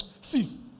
See